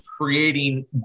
creating